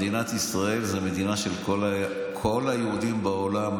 מדינת ישראל זו מדינה של כל היהודים בעולם,